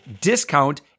discount